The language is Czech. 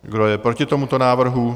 Kdo je proti tomuto návrhu?